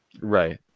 Right